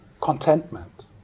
contentment